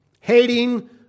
Hating